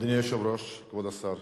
אדוני היושב-ראש, כבוד השר,